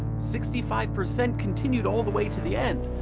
sixty five percent continued all the way to the end,